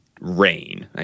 rain